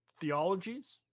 Theologies